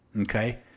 Okay